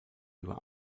über